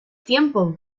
tiempo